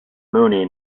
mooney